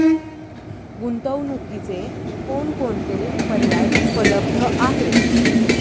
गुंतवणुकीचे कोणकोणते पर्याय उपलब्ध आहेत?